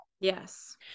yes